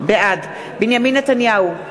בעד בנימין נתניהו,